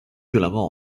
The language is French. violemment